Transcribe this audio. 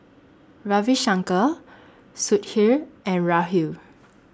Ravi Shankar Sudhir and Rahul